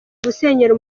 gusenyera